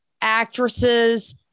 actresses